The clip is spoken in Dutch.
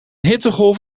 hittegolf